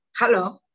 Hello